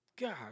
God